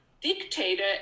dictator